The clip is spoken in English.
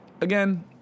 Again